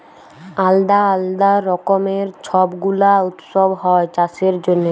আলদা আলদা রকমের ছব গুলা উৎসব হ্যয় চাষের জনহে